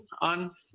on